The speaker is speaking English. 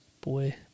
Boy